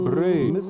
Brain